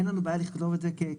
אין לנו בעיה לכתוב את זה כ"כללים",